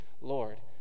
lord